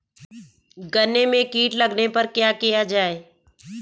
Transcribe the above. गन्ने में कीट लगने पर क्या किया जाये?